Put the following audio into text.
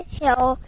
hill